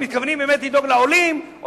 האם הם מתכוונים באמת לדאוג לעולים או